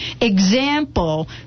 example